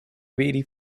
very